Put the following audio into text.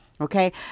Okay